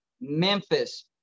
Memphis